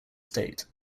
state